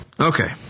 Okay